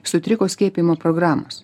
sutriko skiepijimo programos